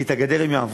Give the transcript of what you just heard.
כי את הגדר הם יעברו.